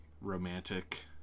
Romantic